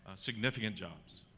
significant jobs.